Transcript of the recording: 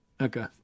Okay